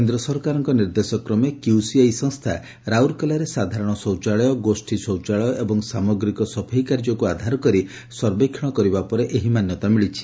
କେନ୍ଦ୍ର ସରକାରଙ୍କ ନିର୍ଦ୍ଦେଶ କ୍ରମେ କ୍ୟୁସିଆଇ ସଂସ୍ଥା ରାଉରକେଲାରେ ସାଧାରଣ ଶୌଚାଳୟ ଗୋଷୀ ଶୌଚାଳୟ ଏବଂ ସାମଗ୍ରିକ ସଫେଇ କାର୍ଯ୍ୟକୁ ଆଧାର କରି ସର୍ବେକ୍ଷଣ କରିବା ପରେ ଏହି ମାନ୍ୟତା ମିଳିଛି